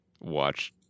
watch